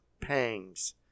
pangs